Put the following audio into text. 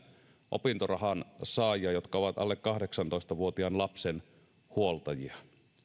opintorahan saajia jotka ovat alle kahdeksantoista vuotiaan lapsen huoltajia